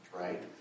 right